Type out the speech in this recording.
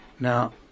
Now